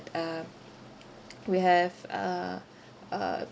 uh we have uh uh